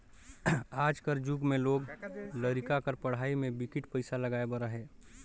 आज कर जुग में लोग लरिका कर पढ़ई में बिकट पइसा लगाए बर अहे